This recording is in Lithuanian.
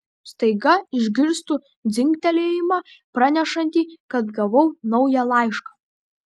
staiga išgirstu dzingtelėjimą pranešantį kad gavau naują laišką